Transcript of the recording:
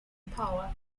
power